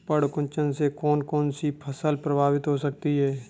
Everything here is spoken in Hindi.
पर्ण कुंचन से कौन कौन सी फसल प्रभावित हो सकती है?